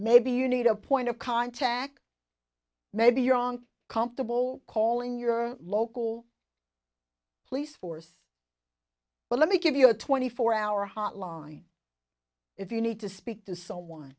maybe you need a point of contact maybe you're wrong comfortable calling your local police force but let me give you a twenty four hour hotline if you need to speak to someone